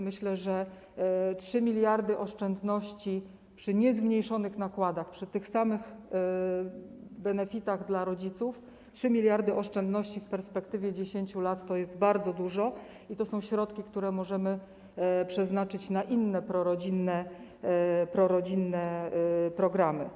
Myślę, że oszczędności przy niezmniejszonych nakładach, przy tych samych benefitach dla rodziców - 3 mld oszczędności w perspektywie 10 lat to jest bardzo dużo i to są środki, które możemy przeznaczyć na inne prorodzinne programy.